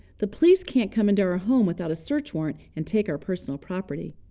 the police can't come into our ah home without a search warrant and take our personal property.